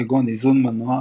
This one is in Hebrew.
כגון איזון מנוע,